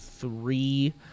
three